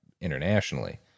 internationally